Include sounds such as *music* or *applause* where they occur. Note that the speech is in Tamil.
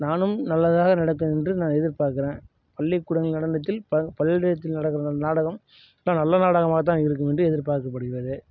நானும் நல்லதாக நடக்கும் என்று நான் எதிர் பார்க்குறேன் பள்ளிக்கூடங்கள் நடனத்தில் *unintelligible* நாடகம் எல்லாம் நல்ல நாடகமாகதான் இருக்கும் என்று எதிர்பாக்கப்படுகிறது